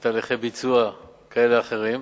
או תהליכי ביצוע כאלה ואחרים,